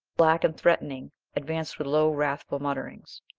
black and threatening, advanced with low, wrathful mutterings.